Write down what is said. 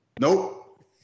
Nope